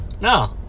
No